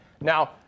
Now